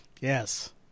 Yes